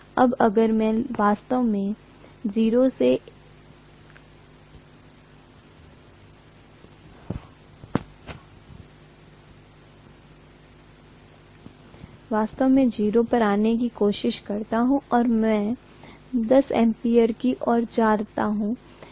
अब अगर मैं वास्तव में 0 पर आने की कोशिश करता हूं और मैं 10 एम्पीयर की ओर जाता हूं